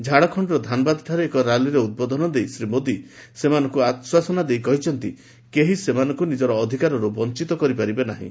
ଝାଡ଼ଖଣ୍ଡର ଧାନବାଦଠାରେ ଏକ ର୍ୟାଲିରେ ଉଦ୍ବୋଧନ ଦେଇ ଶ୍ରୀ ମୋଦି ସେମାନଙ୍କୁ ଆଶ୍ୱାସନା ଦେଇ କହିଛନ୍ତି କେହି ସେମାନଙ୍କୁ ନିଜର ଅଧିକାରରୁ ବଂଚିତ କରିପାରିବେ ନାହିଁ